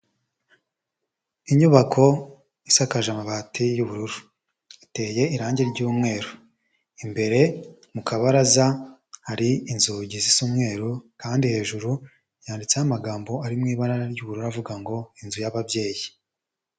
Inyubako isakaje amabati y'ubururu. Iteye irange ry'umweru. Imbere mu kabaraza hari inzugi zisa umweru, kandi hejuru yanditseho amagambo ari mu ibara ry'ubururu avuga ngo: " Inzu y'ababyeyi".